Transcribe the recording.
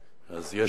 אני כבר הגעתי, אדוני.